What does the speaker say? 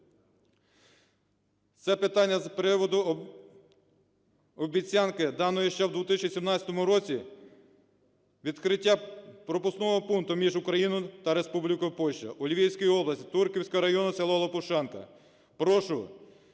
це питання з приводу обіцянки, даної ще в 2017 році, відкриття пропускного пункту між Україною та Республікою Польща у Львівській області, Турківського району, село Лопушанка. Прошу